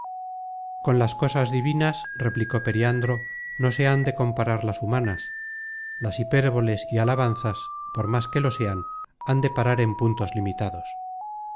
con las cosas divinas replicó periandro no se han de comparar las humanas las hipérboles y alabanzas por más que lo sean han de parar en puntos limitados